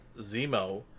Zemo